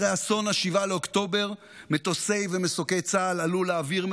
אחרי אסון 7 באוקטובר מטוסי ומסוקי צה"ל עלו לאוויר,